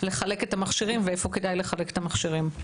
לחלק את המכשירים ואיפה כדאי לחלק את המכשירים.